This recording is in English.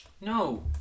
no